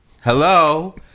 Hello